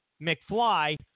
McFly